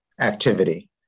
activity